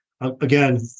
again